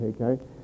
okay